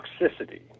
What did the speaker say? toxicity